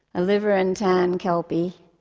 a liver-and-tan kelpie,